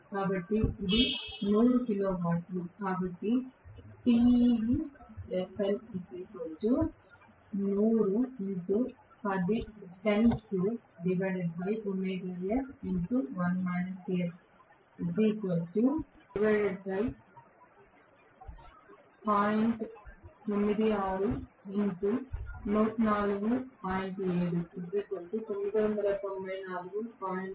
కాబట్టి ఇది 100 kilo watt